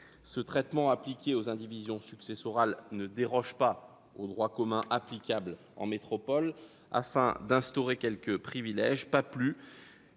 Le traitement prévu pour les indivisions successorales ne déroge pas au droit commun applicable en métropole pour instaurer quelque privilège, pas plus